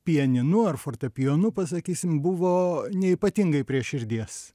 pianinu ar fortepijonu pasakysim buvo neypatingai prie širdies